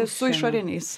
su išoriniais